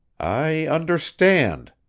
i understand,